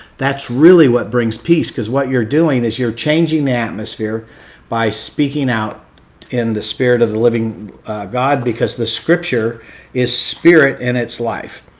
that's really what brings peace cause what you're doing is you're changing the atmosphere by speaking out in the spirit of the living god, because the scripture is spirit and it's life.